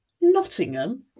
Nottingham